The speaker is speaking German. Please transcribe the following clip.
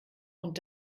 und